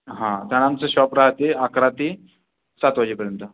हां तर आमचं शॉप राहते अकरा ते सात वाजेपर्यंत